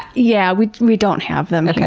yeah we we don't have them